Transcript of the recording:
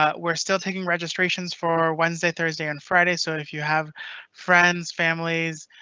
ah we're still taking registrations for wednesday, thursday, and friday. so if you have friends, families.